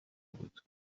بود